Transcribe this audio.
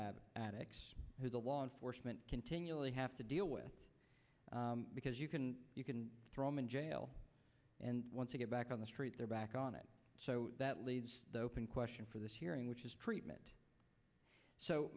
addicts addicts who the law enforcement continually have to deal with because you can you can throw them in jail and once you get back on the street they're back on it so that leaves open question for this hearing which is treatment so